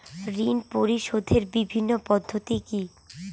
ঋণ পরিশোধের বিভিন্ন পদ্ধতি কি কি?